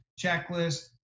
checklist